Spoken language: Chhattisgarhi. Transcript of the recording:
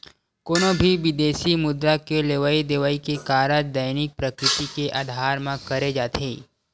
कोनो भी बिदेसी मुद्रा के लेवई देवई के कारज दैनिक प्रकृति के अधार म करे जाथे